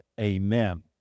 Amen